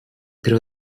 there